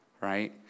Right